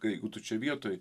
jeigu tu čia vietoj